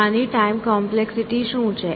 આની time complexity શું છે